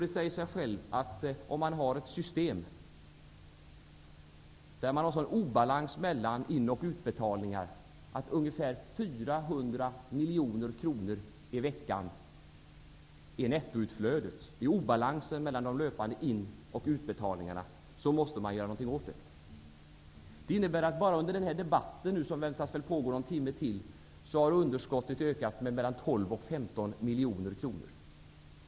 Det säger sig självt att om man har ett system där man har en sådan obalans mellan löpande in och utbetalningar att nettoutflödet är ungefär 400 miljoner kronor i veckan, måste man göra något åt detta. Det innebär att underskottet bara under denna debatt, som väntas pågå ytterligare någon timme, har ökat med 12--15 miljoner kronor.